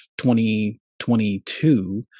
2022